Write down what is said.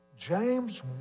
James